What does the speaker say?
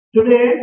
Today